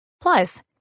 Plus